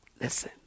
Listen